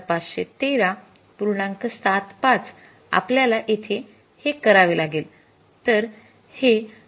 ७५ आपल्याला येथे हे करावे लागेल तर हे २८६